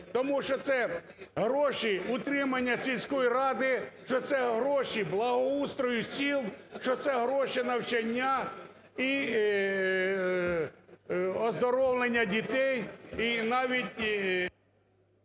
тому що це гроші утримання сільської ради, що це гроші благоустрою сіл, що це гроші навчання і оздоровлення дітей